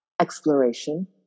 exploration